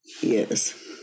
Yes